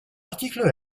article